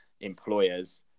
employers